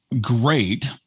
great